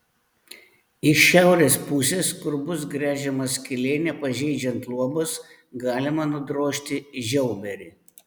iš šiaurės pusės kur bus gręžiama skylė nepažeidžiant luobos galima nudrožti žiauberį